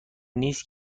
نیست